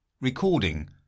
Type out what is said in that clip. Recording